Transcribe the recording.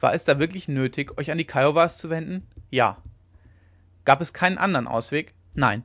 war es da wirklich nötig euch an die kiowas zu wenden ja gab es keinen andern ausweg nein